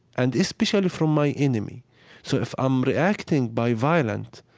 and especially from my enemy so if i'm reacting by violent,